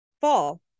fall